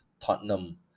Tottenham